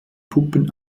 puppen